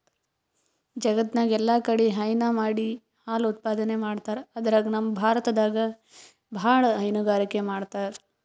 ಜಗತ್ತ್ನಾಗ್ ಎಲ್ಲಾಕಡಿ ಹೈನಾ ಮಾಡಿ ಹಾಲ್ ಉತ್ಪಾದನೆ ಮಾಡ್ತರ್ ಅದ್ರಾಗ್ ನಮ್ ಭಾರತದಾಗ್ ಭಾಳ್ ಹೈನುಗಾರಿಕೆ ಮಾಡ್ತರ್